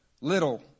little